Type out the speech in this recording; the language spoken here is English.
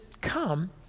come